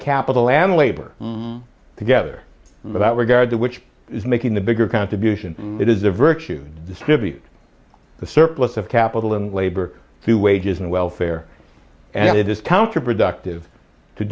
capital and labor together and without regard to which is making the bigger contribution it is a virtue distributed the surplus of capital and labor through wages and welfare and it is counterproductive to